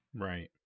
right